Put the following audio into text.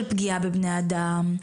של פגיעה בבני אדם,